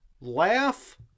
Laugh